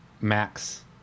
Max